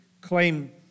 claim